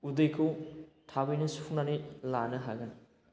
उदैखौ थाबैनो सुफुंनानै लानो हागोन